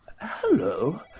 hello